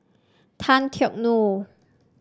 Tan Teck Neo